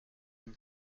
une